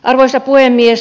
arvoisa puhemies